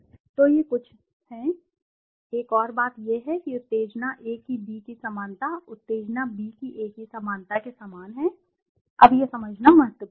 तो ये कुछ हैं यह है एक और बात यह है कि उत्तेजना ए की बी की समानता उत्तेजना बी की ए की समानता के समान है अब यह समझना महत्वपूर्ण है